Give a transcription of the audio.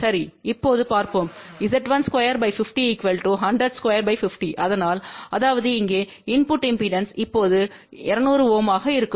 சரி இப்போது பார்ப்போம் Z12 50 1002 50 அதனால் அதாவது இங்கே இன்புட்டு இம்பெடன்ஸ் இப்போது 200 Ω ஆக இருக்கும்